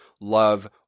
love